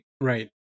right